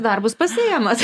darbus pasiimat